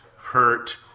hurt